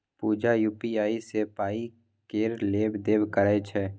पुजा UPI सँ पाइ केर लेब देब करय छै